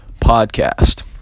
podcast